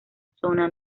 zona